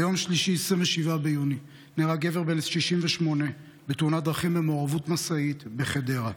ביום שלישי 27 ביוני נהרג גבר בן 68 בתאונת דרכים במעורבות משאית בחדרה.